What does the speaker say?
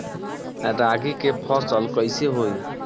रागी के फसल कईसे होई?